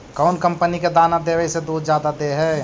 कौन कंपनी के दाना देबए से दुध जादा दे है?